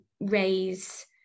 raise